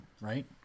right